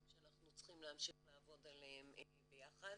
שאנחנו צריכים להמשיך לעבוד עליהם ביחד,